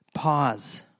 pause